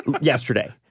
yesterday